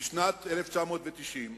משנת 1990,